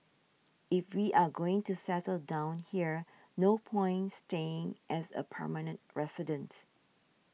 if we are going to settle down here no point staying as a permanent residents